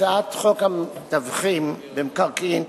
הצעת חוק המתווכים במקרקעין (תיקון,